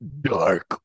dark